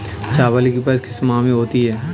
चावल की फसल किस माह में होती है?